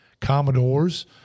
Commodores